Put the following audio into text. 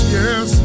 yes